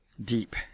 deep